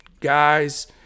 guys